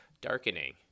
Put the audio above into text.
darkening